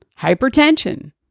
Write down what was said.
Hypertension